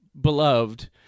beloved